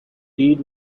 deed